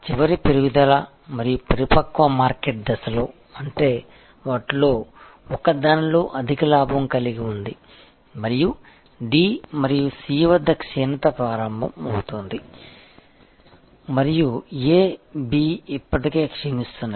చివరి పెరుగుదల మరియు పరిపక్వ మార్కెట్ దశలో అంటే వాటిలో ఒక దానిలో అధిక లాభం కలిగి ఉంది మరియు D మరియు C వద్ద క్షీణత ప్రారంభం అవుతోంది మరియు A B ఇప్పటికే క్షీణిస్తున్నాయి